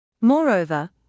Moreover